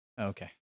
Okay